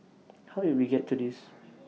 how did we get to this